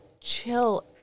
chill